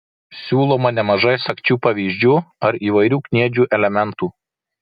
siūloma nemažai sagčių pavyzdžių ar įvairių kniedžių elementų